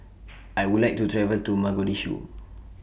I Would like to travel to Mogadishu